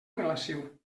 relació